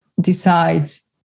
decides